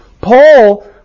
Paul